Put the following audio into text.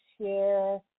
share